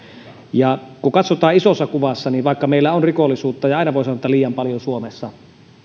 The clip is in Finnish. kun katsotaan isossa kuvassa niin vaikka meillä on rikollisuutta ja aina voi sanoa että liian paljon suomessa